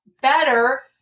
better